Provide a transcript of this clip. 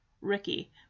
Ricky